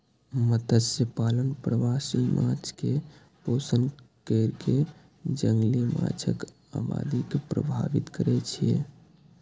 मत्स्यपालन प्रवासी माछ कें पोषण कैर कें जंगली माछक आबादी के प्रभावित करै छै